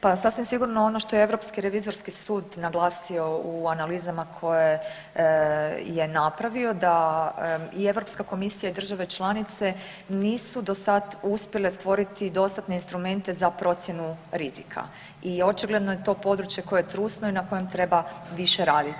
Pa sasvim sigurno ono što Europski revizorski sud naglasio u analizama koje je napravio da i Europska komisija i države članice nisu do sad uspjele stvoriti dostatne instrumente za procjenu rizika i očigledno je to područje koje je trustno i na kojem treba više raditi.